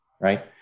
right